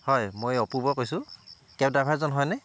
হয় মই এই অপূৰ্বই কৈছোঁ কেব ড্ৰাইভাৰজন হয়নে